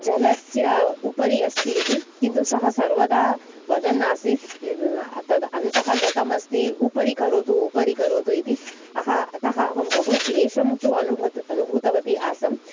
जलस्य उपरि अस्तीति किन्तु सः सर्वदा वदन्नासीत् तद् अन्तः गतम् अस्ति उपरिकरोतु उपरिकरोतु इति अहम् अतः अहं बहुक्लेशं तु अनुभत् अनुभूतवती आसम्